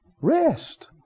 Rest